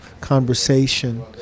conversation